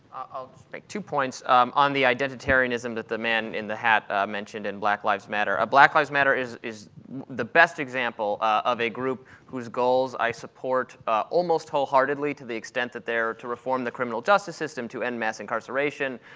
i'll just make two points on the identitarianism that the man in the hat mentioned and black lives matter. ah black lives matter is is the best example of a group whose goals i support almost wholeheartedly to the extent that they're to reform the criminal justice system, to end mass incarceration,